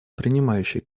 принимающей